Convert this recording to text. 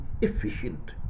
efficient